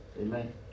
Amen